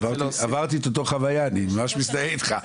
עברתי את אותה חוויה, אני ממש מזדהה איתך.